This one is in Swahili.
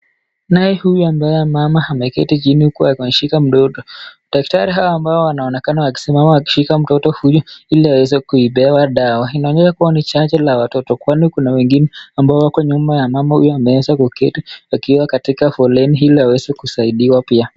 Tunaye huyu ambaye mama ameketi chini na ameshika mtoto, daktari hawa ambao wanaonekana wakisimama wakishika mtoto huyu ili aweze kupewa dawa, inaonyesha kuwa ni chanjo la watoto kwani kuna wengine ambao wako nyuma ya mama huyu ameweza kuketi akiwa katika foleni ili aweze kusaidiwa pia.